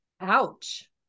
Ouch